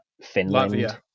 Finland